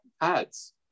ads